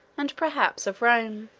and perhaps of rome.